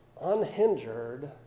unhindered